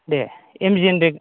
दे एम जि एन रेगा